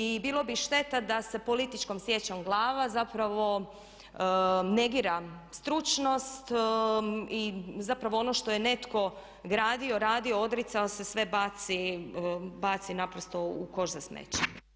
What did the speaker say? I bilo bi šteta da se političkom sječom glava zapravo negira stručnost i zapravo ono što je netko gradio, radio, odricao se, sve baci naprosto u koš za smeće.